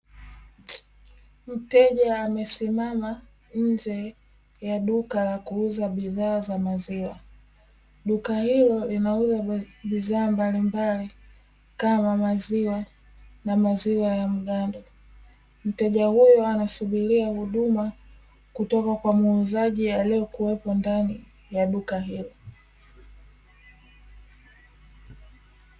Mteja amesimama nje ya duka la kuuza bidhaa za maziwa duka hilo linauza bidhaa mbalimbali kama maziwa na maziwa ya mgando, mteja huyo anasubiria huduma kutoka kwa muuzaji aliyekuwepo ndani ya duka hilo.